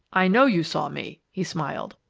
i know you saw me, he smiled,